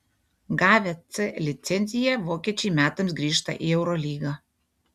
gavę c licenciją vokiečiai metams grįžta į eurolygą